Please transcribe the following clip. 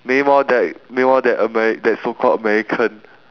meanwhile that meanwhile that ameri~ that so called american